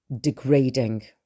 degrading